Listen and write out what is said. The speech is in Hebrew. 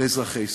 לאזרחי ישראל.